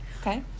Okay